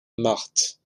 marthe